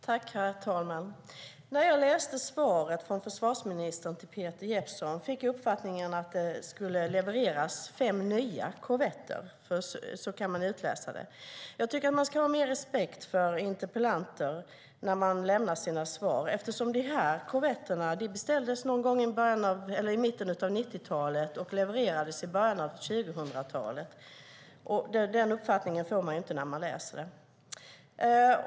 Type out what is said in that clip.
Herr talman! När jag läste svaret från försvarsministern till Peter Jeppsson fick jag uppfattningen att det skulle levereras fem nya korvetter. Så kan man läsa det. Jag tycker att regeringen ska ha mer respekt för interpellanter när den lämnar sina svar. Dessa korvetter beställdes i mitten av 90-talet och levererades i början av 2000-talet. Den uppfattningen får man inte när man läser svaret.